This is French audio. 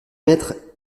mettre